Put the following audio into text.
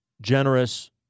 generous